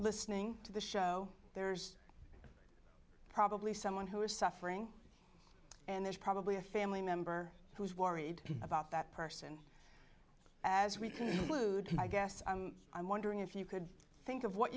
listening to the show there's probably someone who is suffering and there's probably a family member who was worried about that person as we flew to i guess i'm i'm wondering if you could think of what